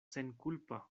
senkulpa